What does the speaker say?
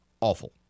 awful